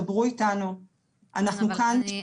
דברו איתנו כי אנחנו כאן.